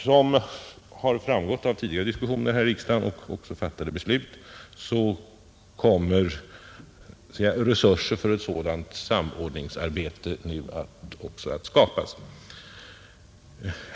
Som framgått av tidigare diskussioner i riksdagen och fattade beslut kommer resurser för ett sådant samordningsarbete nu att skapas.